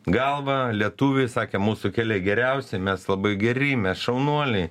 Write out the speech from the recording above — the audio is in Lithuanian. galvą lietuviai sakė mūsų keliai geriausi mes labai geri mes šaunuoliai